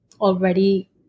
already